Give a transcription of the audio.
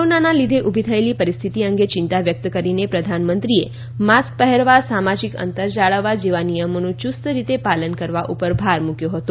કોરોનાના લીઘે ઉભી થયેલી પરિસ્થિતિ અંગે ચિંતા વ્યક્ત કરીને પ્રધાનમંત્રીએ માસ્ક પહેરવા સામાજીક અંતર જાળવવા જેવા નિયમોનું યૂસ્તરીતે પાલન કરવા ઉપર ભાર મૂક્યો હતો